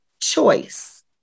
choice